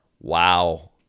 wow